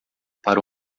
para